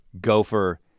gopher